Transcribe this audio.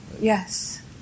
Yes